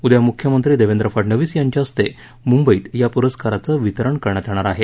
उद्या मुख्यमंत्री देवेंद्र फडणवीस यांच्या हस्ते मुंबईत या पुरस्काराचे वितरण करण्यात येणार आहे